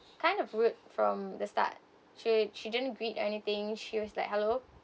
kind of rude from the start she she didn't greet anything she was like hello